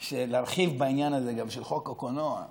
להרחיב גם בעניין הזה של חוק הקולנוע.